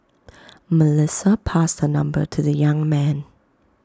Melissa passed her number to the young man